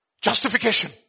justification